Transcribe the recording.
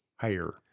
Higher